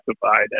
classified